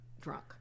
drunk